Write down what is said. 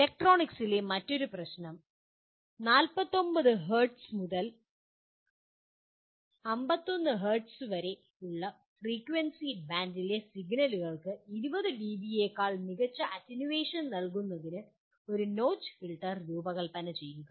ഇലക്ട്രോണിക്സിലെ മറ്റൊരു പ്രശ്നം 49 ഹെർട്സ് മുതൽ 51 ഹെർട്സ് വരെയുള്ള ഫ്രീക്വൻസി ബാൻഡിലെ സിഗ്നലുകൾക്ക് 20 ഡിബിയേക്കാൾ മികച്ച അറ്റനുവേഷൻ നൽകുന്നതിന് ഒരു നോച്ച് ഫിൽട്ടർ രൂപകൽപ്പന ചെയ്യുക